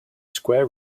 square